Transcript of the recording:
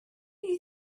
you